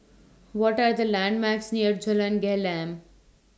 What Are The landmarks near Jalan Gelam